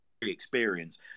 experience